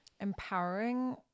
empowering